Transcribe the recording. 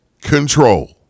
control